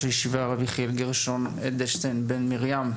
הישיבה הרב יחיאל גרשון אדלשטיין בן מרים,